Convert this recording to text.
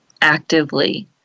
actively